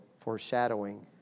foreshadowing